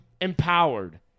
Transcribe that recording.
empowered